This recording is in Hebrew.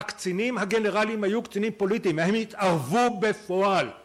הקצינים הגנרלים היו קצינים פוליטיים, הם התערבו בפועל!